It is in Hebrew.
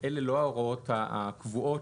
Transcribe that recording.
אלה לא ההערות הקבועות,